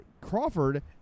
Crawford